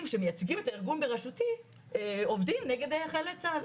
שמייצגים את הארגון בראשותי עובדים נגד חיילי צה"ל,